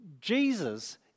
Jesus